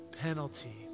penalty